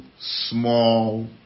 small